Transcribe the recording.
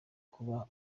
kuba